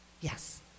Yes